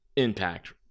Impact